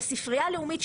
הספרייה הלאומית,